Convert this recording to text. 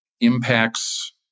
impacts